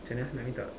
macam mana nak minta